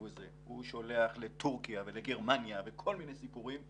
הוא שולח לטורקיה ולגרמניה וכל מיני סיפורים,